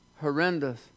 horrendous